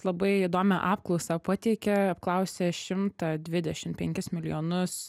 labai įdomią apklausą pateikė apklausė šimtą dvidešim penkis milijonus